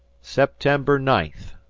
september ninth.